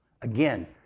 Again